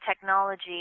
technology